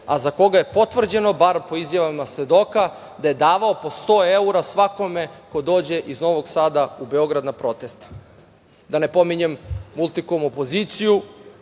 a za koga je potvrđeno, bar po izjavama svedoka, da je davao po 100 evra svakome ko dođe iz Novog Sada u Beograd na proteste. Da ne pominjem „Multikom“ opoziciju.